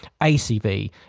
ACV